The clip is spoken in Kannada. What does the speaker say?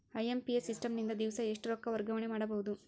ಐ.ಎಂ.ಪಿ.ಎಸ್ ಸಿಸ್ಟಮ್ ನಿಂದ ದಿವಸಾ ಎಷ್ಟ ರೊಕ್ಕ ವರ್ಗಾವಣೆ ಮಾಡಬಹುದು?